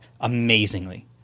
amazingly